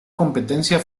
competencia